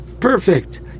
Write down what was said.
Perfect